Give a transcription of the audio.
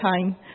time